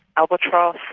albatross,